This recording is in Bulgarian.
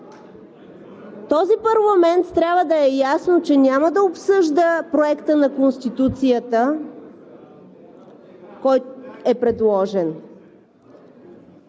Този парламент, трябва да е ясно, че няма за обсъжда Проекта на Конституцията, който е предложен.